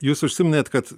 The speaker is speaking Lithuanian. jūs užsiminėt kad